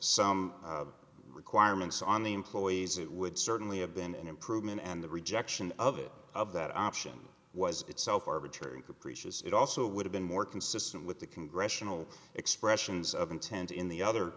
some requirements on the employees it would certainly have been an improvement and the rejection of it of that option was itself arbitrary and capricious it also would have been more consistent with the congressional expressions of intent in the other